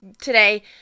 today